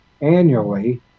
annually